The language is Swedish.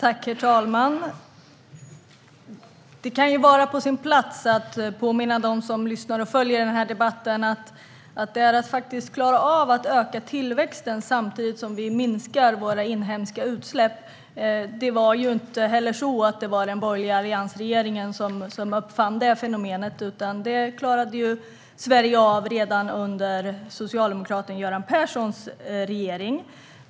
Herr talman! Det kan vara på sin plats att påminna dem som lyssnar och följer debatten att det gäller att klara av att öka tillväxten samtidigt som vi minskar våra inhemska utsläpp. Det var inte den borgerliga alliansregeringen som uppfann det fenomenet. Det klarade Sverige av redan under socialdemokraten Göran Perssons regering.